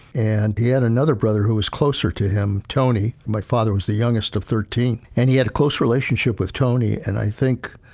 and he had another brother who was closer to him, tony, my father was the youngest of thirteen. and he had a close relationship with tony and i think,